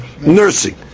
nursing